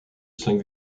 cinq